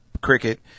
cricket